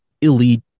elite